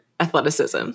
Athleticism